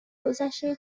گذشته